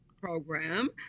program